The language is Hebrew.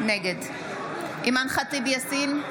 נגד אימאן ח'טיב יאסין,